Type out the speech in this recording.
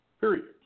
Period